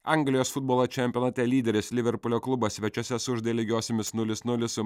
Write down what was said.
anglijos futbolo čempionate lyderis liverpulio klubas svečiuose sužaidė lygiosiomis nulis nulis su